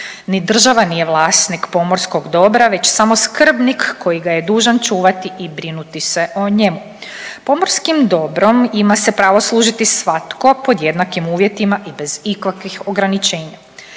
Ni država nije vlasnik pomorskog dobra već samo skrbnik koji ga je dužan čuvati i brinuti se o njemu. Pomorskim dobrom ima se pravo služiti svatko pod jednakim uvjetima i bez ikakvih ograničenja.